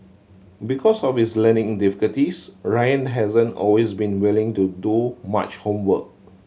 because of his learning difficulties Ryan hasn't always been willing to do much homework